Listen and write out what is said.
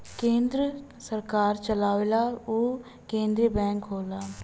केन्द्र सरकार चलावेला उ केन्द्रिय बैंक होला